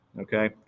okay